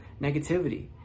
negativity